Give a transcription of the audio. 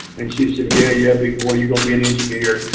and she said, yeah, yeah big boy. you're going to be an engineer.